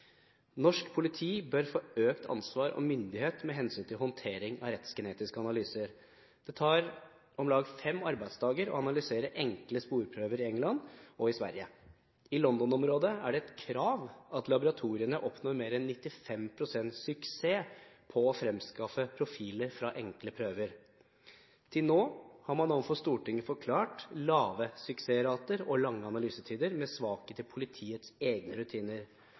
Norsk politi bør få økt ansvar og myndighet med hensyn til håndtering av rettsgenetiske analyser. Det tar om lag fem arbeidsdager å analysere enkle sporprøver i England og i Sverige. I London-området er det et krav at laboratoriene oppnår mer enn 95 pst. suksess på å fremskaffe profiler fra enkle prøver. Til nå har man overfor Stortinget forklart lave suksessrater og lange analysetider med svakhet i politiets egne rutiner.